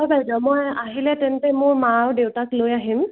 হয় বাইদেউ মই আহিলে তেন্তে মোৰ মা আৰু দেউতাক লৈ আহিম